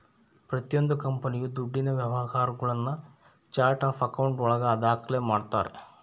ಪ್ರತಿಯೊಂದು ಕಂಪನಿಯು ದುಡ್ಡಿನ ವ್ಯವಹಾರಗುಳ್ನ ಚಾರ್ಟ್ ಆಫ್ ಆಕೌಂಟ್ ಒಳಗ ದಾಖ್ಲೆ ಮಾಡ್ತಾರೆ